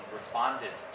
responded